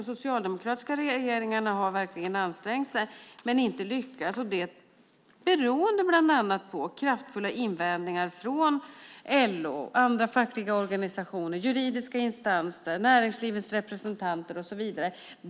De socialdemokratiska regeringarna har verkligen ansträngt sig men inte lyckats, bland annat beroende på kraftfulla invändningar från LO och andra fackliga organisationer, juridiska instanser, näringslivets representanter och så vidare.